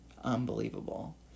unbelievable